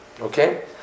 Okay